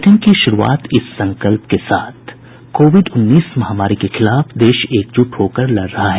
bulletin की शुरूआत इस संकल्प के साथ कोविड उन्नीस महामारी के खिलाफ देश एकजुट होकर लड़ रहा है